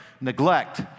neglect